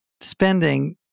spending